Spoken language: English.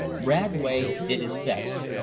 radway did his best.